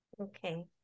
Okay